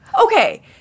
Okay